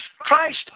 Christ